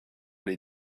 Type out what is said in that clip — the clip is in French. les